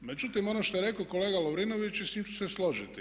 Međutim, ono što je rekao kolega Lovrinović i s tim ću se složiti.